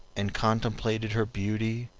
and contemplated her beauty,